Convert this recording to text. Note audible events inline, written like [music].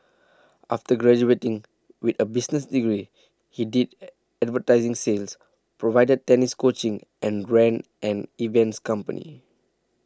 after graduating with a business degree he did [hesitation] advertising sins provided tennis coaching and ran an events company